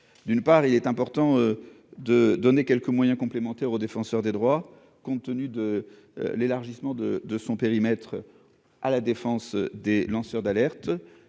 D'une part, il est important de donner quelques moyens complémentaires au Défenseur des droits, compte tenu de l'élargissement de son périmètre d'intervention à la défense des lanceurs d'alerte